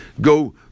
go